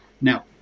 Now